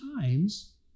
times